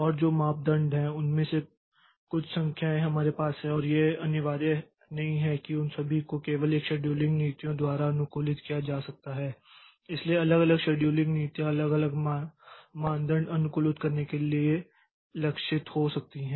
और जो मानदंड हैं उनमें से कुछ संख्याएँ हमारे पास हैं और यह अनिवार्य नहीं है कि उन सभी को केवल एक शेड्यूलिंग नीतियों द्वारा अनुकूलित किया जा सकता है इसलिए अलग अलग शेड्यूलिंग नीतियां अलग अलग मानदंड अनुकूलित करने के लिए लक्षित हो सकती हैं